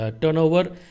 turnover